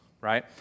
Right